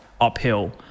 uphill